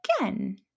Again